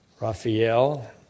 Raphael